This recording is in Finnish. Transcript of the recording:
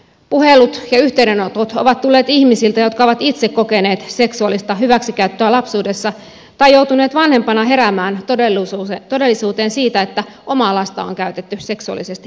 puhelut ja yhteydenotot ovat tulleet ihmisiltä jotka ovat itse kokeneet seksuaalista hyväksikäyttöä lapsuudessa tai joutuneet vanhempana heräämään todellisuuteen siitä että omaa lasta on käytetty seksuaalisesti hyväksi